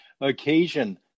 occasion